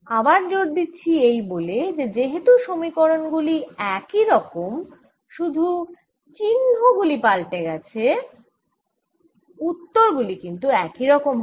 আবার জোর দিচ্ছি এই বলে যে যেহেতু সমীকরণ গুলি একই রকম শুধু চিহ্ন গুলি বদলে গেছে উত্তর গুলি কিন্তু একই হবে